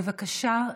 בבקשה,